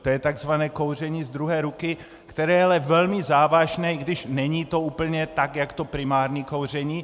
To je takzvané kouření z druhé ruky, které je ale velmi závažné, i když není to úplně tak jak to primární kouření.